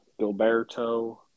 Gilberto